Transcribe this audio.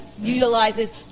utilizes